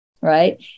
right